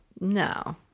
no